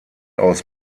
aus